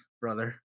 brother